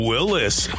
Willis